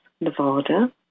Nevada